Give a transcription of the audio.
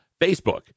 Facebook